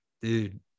Dude